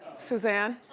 suzanne,